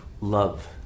love